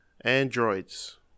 Androids